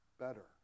better